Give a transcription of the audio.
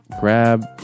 grab